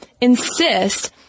insist